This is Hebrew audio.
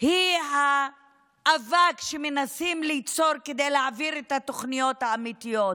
הוא האבק שמנסים ליצור כדי להעביר את התוכניות האמיתיות,